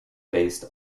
based